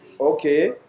Okay